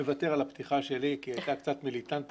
אני מוותר על הפתיחה שלי כי היא הייתה קצת מיליטנטית